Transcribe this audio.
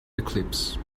eclipse